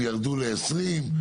ירדו ל-20,